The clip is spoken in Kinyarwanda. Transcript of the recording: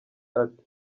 ati